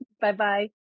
Bye-bye